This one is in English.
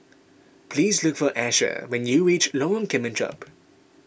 please look for Asher when you reach Lorong Kemunchup